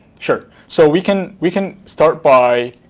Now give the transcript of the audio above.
sure. so, we can we can start by